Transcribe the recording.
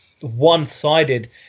one-sided